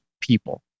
people